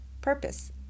purpose